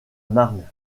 marne